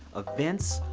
events,